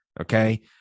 Okay